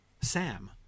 Sam